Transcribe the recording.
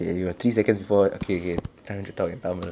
okay you got three seconds before okay okay time to talk in tamil